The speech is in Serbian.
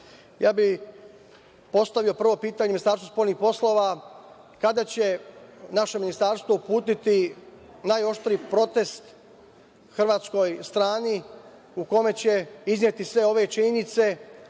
NDH.Postavio bih, prvo pitanje Ministarstvu spoljnih poslova – kada će naše Ministarstvo uputiti najoštriji protest hrvatskoj strani, u kome će izneti sve ove činjenice